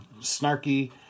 snarky